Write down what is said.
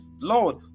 Lord